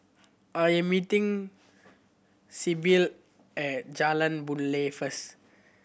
I am meeting Sybil at Jalan Boon Lay first